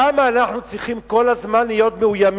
למה אנחנו צריכים להיות כל הזמן מאוימים